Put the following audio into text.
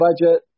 budget